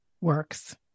works